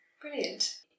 brilliant